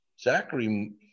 Zachary